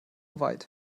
weit